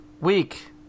week